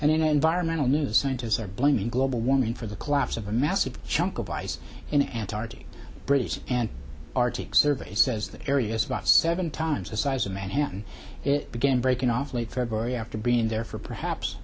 an environmental news scientists are blaming global warming for the collapse of a massive chunk of ice in antarctica british and arctic survey says the area is about seven times the size of manhattan it began breaking off late february after being there for perhaps